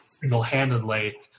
single-handedly